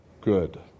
good